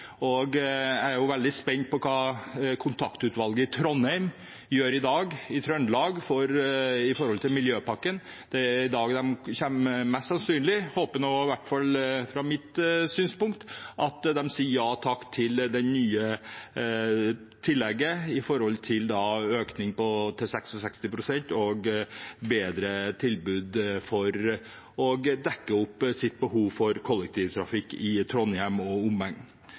Jeg er veldig spent på hva kontaktutvalget i Trondheim, i Trøndelag, gjør i dag når det gjelder miljøpakken. Det er i dag de mest sannsynlig – jeg håper i hvert fall det – sier ja takk til det nye tillegget: en økning til 66 pst. og et bedre tilbud for å dekke behovet for kollektivtrafikk i Trondheim og